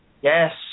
Yes